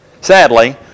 Sadly